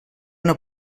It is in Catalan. una